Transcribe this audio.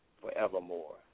forevermore